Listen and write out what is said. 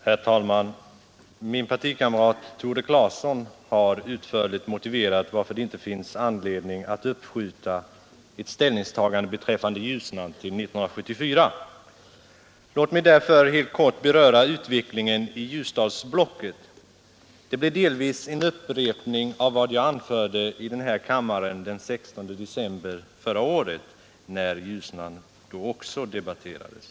Herr talman! Min partikamrat Tore Claeson har utförligt motiverat varför det inte finns anledning att uppskjuta ett ställningstagande beträffande Ljusnan till 1974. Låt mig därför helt kort beröra utvecklingen i Ljusdalsblocket. Det blir delvis en upprepning av vad jag anförde i den här kammaren den 16 december förra året, då denna fråga också debatterades.